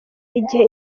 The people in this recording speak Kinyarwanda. igihe